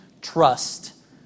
trust